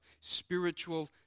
spiritual